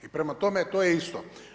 I prema tome to je isto.